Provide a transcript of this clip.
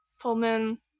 Pullman